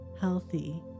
healthy